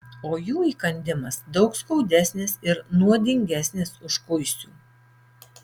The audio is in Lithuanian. o jų įkandimas daug skaudesnis ir nuodingesnis už kuisių